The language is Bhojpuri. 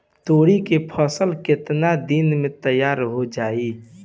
तोरी के फसल केतना दिन में तैयार हो जाई?